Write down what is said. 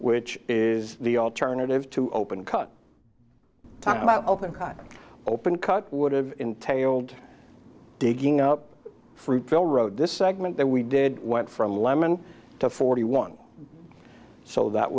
which is the alternative to open cut open cut would have entailed digging up fruitvale road this segment that we did went from lemon to forty one so that